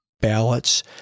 ballots